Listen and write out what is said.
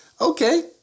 okay